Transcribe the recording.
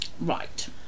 right